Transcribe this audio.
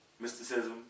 Mysticism